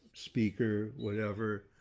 speaker, whatever,